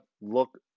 look